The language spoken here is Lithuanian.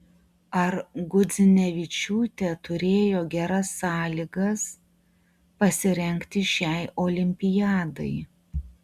ar gudzinevičiūtė turėjo geras sąlygas pasirengti šiai olimpiadai